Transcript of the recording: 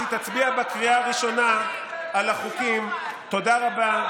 שוחד, מרמה הפרת אמונים,